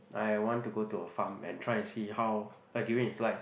I want to go to a farm and try and see how a durian is like